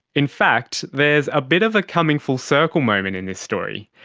in fact, there's a bit of a coming full circle moment in this story.